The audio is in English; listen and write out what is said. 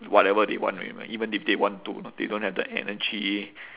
whatever they want already mah even if they want to they don't have the energy